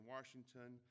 Washington